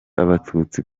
abatutsi